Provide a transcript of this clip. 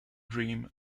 dreams